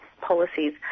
policies